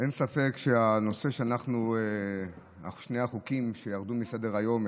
אין ספק ששני החוקים שירדו מסדר-היום,